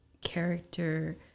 character